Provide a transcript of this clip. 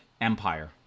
Empire